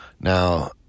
Now